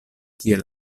kiel